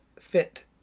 fit